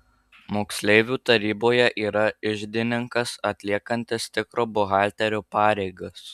moksleivių taryboje yra iždininkas atliekantis tikro buhalterio pareigas